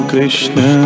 Krishna